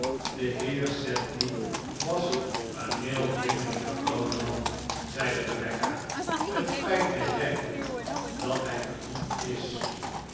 de heer sedley was een heel vriendelijke oude man zeide rebecca het spijt mij werkelijk dat hij failliet is